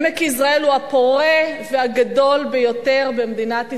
עמק יזרעאל הוא הפורה והגדול ביותר במדינת ישראל,